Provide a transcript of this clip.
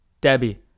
Debbie